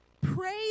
Praise